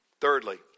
thirdly